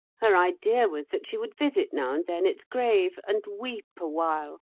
her idea was that she would visit now and then its grave and weep awhile.